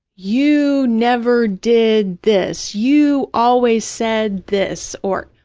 you never did this, you always said this, or,